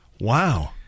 Wow